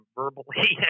verbally